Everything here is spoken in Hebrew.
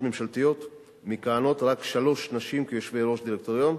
ממשלתיות מכהנות רק שלוש נשים כיושבות-ראש דירקטוריון,